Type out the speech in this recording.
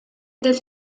del